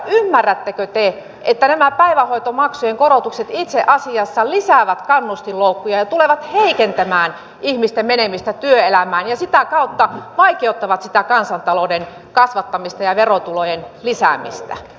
ymmärrättekö te että nämä päivähoitomaksujen korotukset itse asiassa lisäävät kannustinloukkuja ja tulevat heikentämään ihmisten menemistä työelämään ja sitä kautta vaikeuttavat sitä kansantalouden kasvattamista ja verotulojen lisäämistä